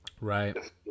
right